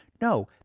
No